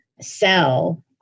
sell